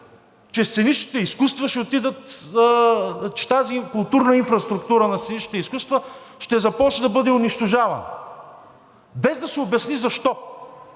че сценичните изкуства ще отидат... че тази културна инфраструктура на сценичните изкуства ще започне да бъде унищожавана. Без да се обясни защо.